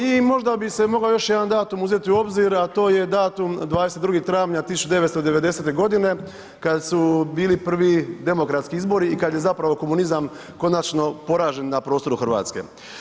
I možda bi se mogao još jedan datum uzeti u obzir, a to je datum 22. travnja 1990. godine kad su bili prvi demokratski izbori i kad je zapravo komunizam konačno poražen na prostoru Hrvatske.